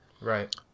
Right